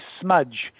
smudge